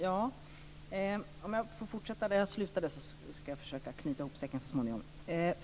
Fru talman! Jag ska fortsätta där jag slutade och så småningom försöka knyta ihop säcken.